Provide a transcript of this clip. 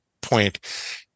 point